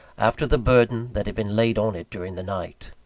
after the burden that had been laid on it during the night.